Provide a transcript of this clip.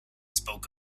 spoke